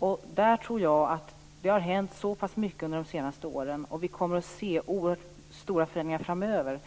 Här har det hänt mycket under de senaste åren, och vi kommer att se oerhört stora förändringar framöver.